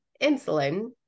insulin